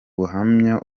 buhamya